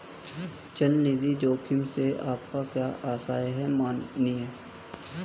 चल निधि जोखिम से आपका क्या आशय है, माननीय?